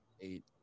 eight